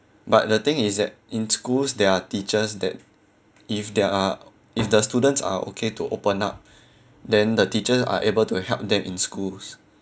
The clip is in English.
but the thing is that in schools there are teachers that if there are if the students are okay to open up then the teachers are able to help them in schools